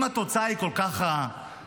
אם התוצאה היא כל כך רעה,